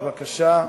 בבקשה,